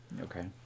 Okay